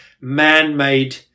man-made